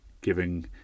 giving